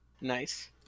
Nice